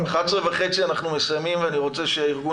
ב-11:30 אנחנו מסיימים ואני רוצה שארגון